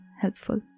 helpful